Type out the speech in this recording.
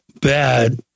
bad